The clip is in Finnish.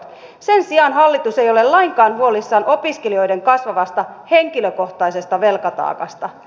sen sijaan hallitus ei ole lainkaan huolissaan opiskelijoiden kasvavasta henkilökohtaisesta velkataakasta